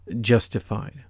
justified